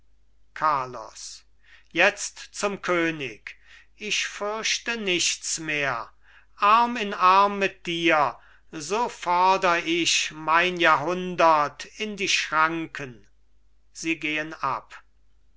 carlos jetzt zum könig ich fürchte nichts mehr arm in arm mit dir so fordr ich mein jahrhundert in die schranken sie gehen ab